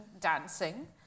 dancing